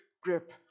grip